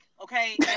Okay